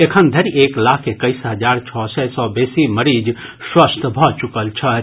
एखन धरि एक लाख एक्कैस हजार छओ सँ बेसी मरीज स्वस्थ भऽ चुकल छथि